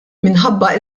minħabba